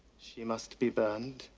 she must be burned.